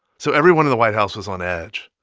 so everyone in the white house was on edge.